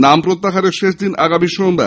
নাম প্রত্যাহারের শেষ দিন আগামী সোমবার